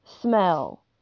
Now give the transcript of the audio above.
smell